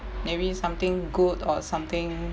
maybe something good or something